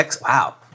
Wow